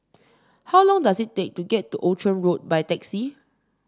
how long does it take to get to Outram Road by taxi